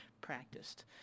practiced